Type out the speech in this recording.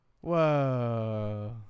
Whoa